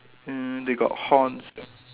mm they got horns